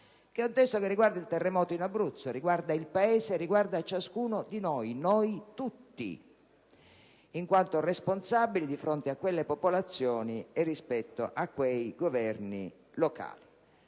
È un testo che riguarda il terremoto in Abruzzo, riguarda il Paese, riguarda ciascuno di noi, noi tutti in quanto responsabili di fronte a quelle popolazioni e rispetto a quei governi locali.